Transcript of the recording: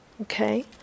okay